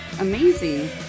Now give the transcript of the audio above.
amazing